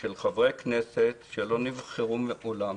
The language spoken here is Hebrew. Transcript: של חברי כנסת שלא נבחרו מעולם,